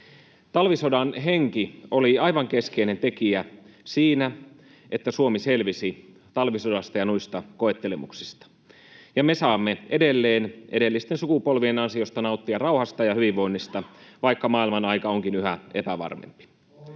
Talvisodan henki oli aivan keskeinen tekijä siinä, että Suomi selvisi talvisodasta ja noista koettelemuksista ja me saamme edelleen edellisten sukupolvien ansiosta nauttia rauhasta ja hyvinvoinnista, vaikka maailmanaika onkin yhä epävarmempi. [Ben